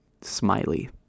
smiley